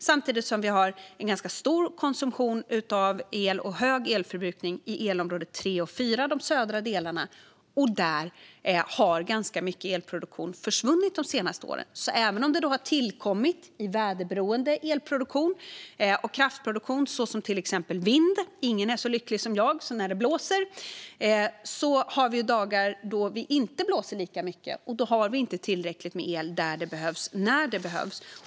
Samtidigt har vi en ganska stor konsumtion av el och hög elförbrukning i elområde 3 och 4 i de södra delarna. Där har ganska mycket elproduktion försvunnit de senaste åren. Det gäller även om det har tillkommit väderberoende elproduktion och kraftproduktion, som till exempel vind. Ingen är så lycklig som jag när det blåser. Men vi har dagar när det inte blåser lika mycket. Då har vi inte tillräckligt med el där det behövs och när det behövs.